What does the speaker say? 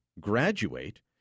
graduate